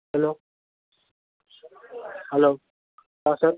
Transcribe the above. hello hello હા sir